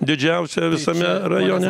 didžiausia visame rajone